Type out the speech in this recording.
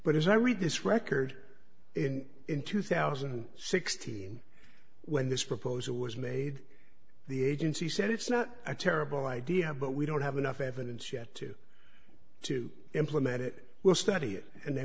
but as i read this record in in two thousand and sixteen when this proposal was made the agency said it's not a terrible idea but we don't have enough evidence yet to to implement it will study it and they